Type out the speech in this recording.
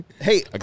Hey